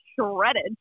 shredded